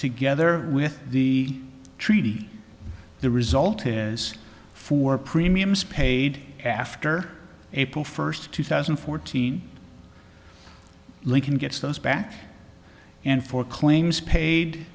together with the treaty the result is for premiums paid after april first two thousand and fourteen lincoln gets those back and for claims paid